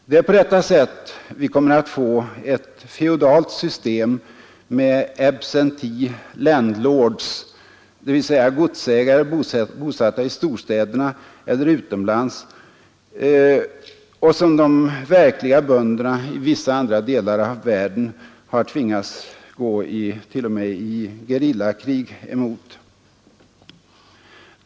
Det är på detta sätt vi kommer att få ett halvfeodalt system med ”absentee landlords”, dvs. godsägare bosatta i storstäderna eller utomlands, som de verkliga bönderna i vissa andra delar av världen har tvingats att t.o.m. gå i gerillakrig emot.